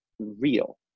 real